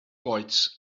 goets